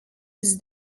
his